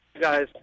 guys